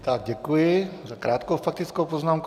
Tak děkuji za krátkou faktickou poznámku.